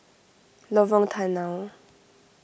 Lorong Tanau